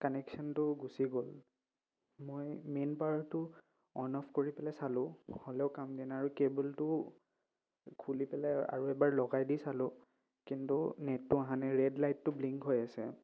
কানেকশ্যনটো গুচি গ'ল মই মেইন পাৱাৰটো অন অফ কৰি পেলাই চালোঁ হ'লেও কাম দিয়া নাই আৰু কেবুলটো খুলি পেলাই আৰু এবাৰ লগাই দি চালোঁ কিন্তু নেটটো অহা নাই ৰেড লাইটটো ব্লিংক হৈ আছে